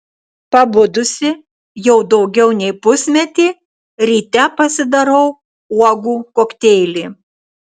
pabudusi jau daugiau nei pusmetį ryte pasidarau uogų kokteilį